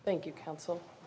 thank you counsel